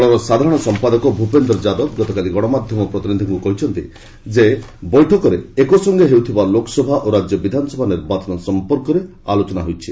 ଦଳର ସାଧାରଣ ସମ୍ପାଦକ ଭ୍ରପେନ୍ଦ୍ର ଯାଦବ ଗତକାଲି ଗଣମାଧ୍ୟମ ପ୍ରତିନିଧିଙ୍କୁ କହିଛନ୍ତି ଯେ ବୈଠକରେ ଏକ ସଙ୍ଗେ ହେଉଥିବା ଲୋକସଭା ଓ ରାଜ୍ୟ ବିଧାନସଭା ନିର୍ବାଚନ ସମ୍ପର୍କରେ ଆଲୋଚନା ହୋଇଛି